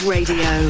Radio